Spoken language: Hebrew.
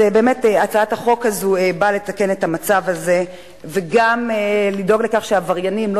הצעת החוק הזאת באה לתקן את המצב הזה וגם לדאוג לכך שעבריינים לא